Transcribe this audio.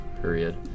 period